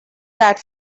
that